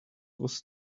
was